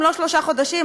אם לא שלושה חודשים,